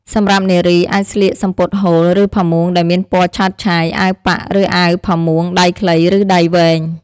សម្រាប់នារី អាចស្លៀកសំពត់ហូល ឬផាមួងដែលមានពណ៌ឆើតឆាយ អាវប៉ាក់ ឬអាវផាមួងដៃខ្លី ឬដៃវែង។